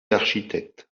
architecte